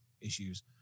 issues